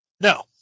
No